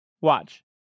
Watch